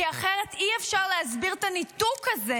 כי אחרת אי-אפשר להסביר את הניתוק הזה,